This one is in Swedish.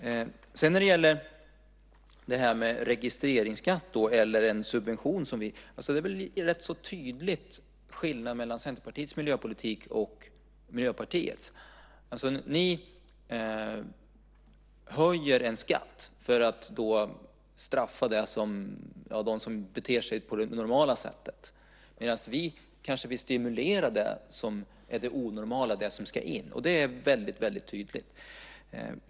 Beträffande registreringsskatt eller subvention finns där en tydlig skillnad mellan Centerpartiets och Miljöpartiets miljöpolitik. Ni höjer en skatt och straffar därigenom dem som beter sig på det normala sättet, medan vi vill stimulera det som är det onormala, det som ska in. Skillnaden är mycket tydlig.